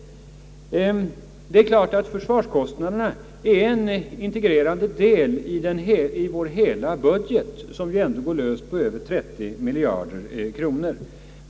Det är klart att försvarskostnaderna utgör en integrerande del av vår hela budget, som ju ändå går löst på över 30 miljarder kronor.